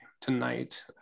tonight